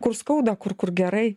kur skauda kur kur gerai